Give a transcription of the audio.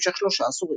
שנמשך שלושה עשורים.